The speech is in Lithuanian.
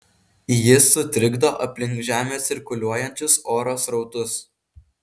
jis sutrikdo aplink žemę cirkuliuojančius oro srautus